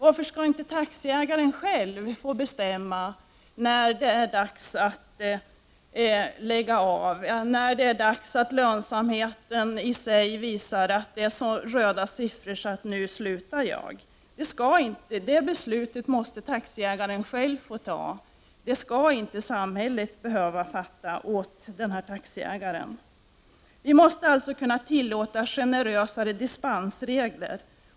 Varför skulle inte taxiägaren själv få bestämma när det är dags att lägga av, när lönsamheten visar så röda siffror att han tänker: Nu slutar jag? Det beslutet måste taxiägaren själv få ta, det skall inte samhället behöva fatta åt honom. Man måste alltså tillåta generösare dispensregler.